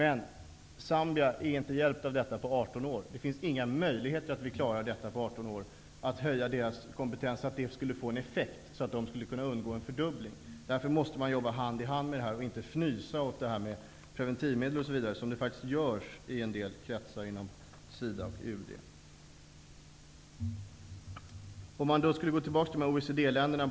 Men Zambia är inte hjälpt av detta på 18 år. Det finns inga möjligheter att vi på 18 år klarar att höja deras kompetens så att det får en effekt så att de kan undgå en fördubbling av befolkningen. Därför måste man jobba hand i hand med detta och inte fnysa åt preventivmedel. Det görs faktiskt i en del kretsar inom SIDA och UD. Låt mig gå tillbaka till OECD-länderna.